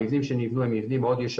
המבנים שנבנו הם מבנים ישנים,